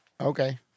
Okay